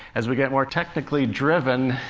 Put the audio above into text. as we get more technically driven,